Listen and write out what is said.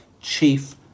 chief